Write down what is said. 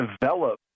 develop